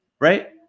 right